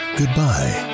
goodbye